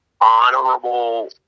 honorable